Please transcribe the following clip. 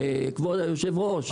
כבוד היושב-ראש.